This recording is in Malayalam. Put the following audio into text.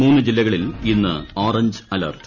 മൂന്നു ജില്ലകളിൽ ഇന്ന് ഓറഞ്ച് അലർട്ട്